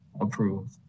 approved